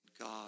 God